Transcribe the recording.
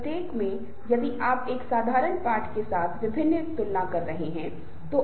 प्रदर्शन के लिए विभिन्न मानदंडों को स्थापित करने का प्रयास किया जाता है